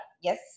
Yes